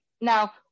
now